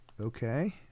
Okay